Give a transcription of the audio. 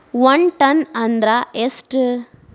ಒಂದ್ ಟನ್ ಅಂದ್ರ ಎಷ್ಟ?